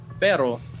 Pero